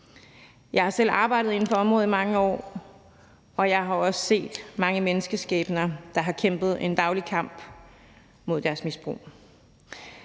Jeg har selv arbejdet inden for området i mange år, og jeg har også set mange menneskeskæbner, der har kæmpet en daglig kamp mod deres misbrug.